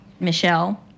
Michelle